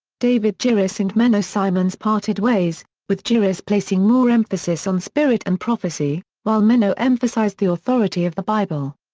david joris and menno simons parted ways, with joris placing more emphasis on spirit and prophecy, prophecy, while menno emphasized the authority of the bible.